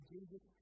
Jesus